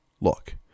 Look